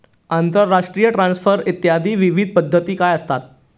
आंतरराष्ट्रीय ट्रान्सफर इत्यादी विविध पद्धती काय असतात?